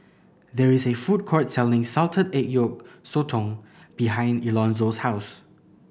there is a food court selling salted egg yolk sotong behind Elonzo's house